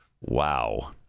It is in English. Wow